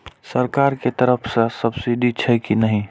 सरकार के तरफ से सब्सीडी छै कि नहिं?